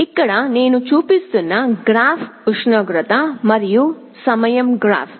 ఇక్కడ నేను చూపిస్తున్న గ్రాఫ్ ఉష్ణోగ్రత మరియు సమయం గ్రాఫ్